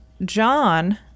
John